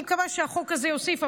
אני מקווה שהחוק הזה יוסיף,